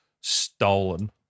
stolen